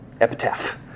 epitaph